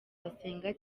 basenga